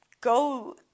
go